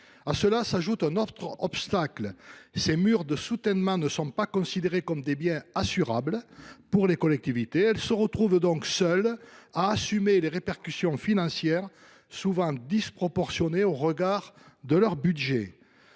À cela s’ajoute un autre obstacle : ces murs de soutènement ne sont pas considérés comme des biens assurables pour les collectivités. Elles se retrouvent donc seules à assumer les répercussions financières, souvent disproportionnées au regard de leurs moyens.